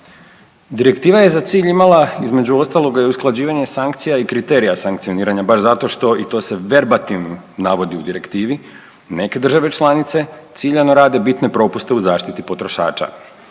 Direktiva je za cilj imala, između ostaloga i usklađivanje sankcija i kriterija sankcioniranja, baš što i to se verbativnim navodi u Direktivi, neke države članice ciljano rade bitne propuste u zaštiti potrošača.